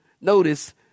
notice